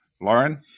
Lauren